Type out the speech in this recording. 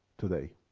today.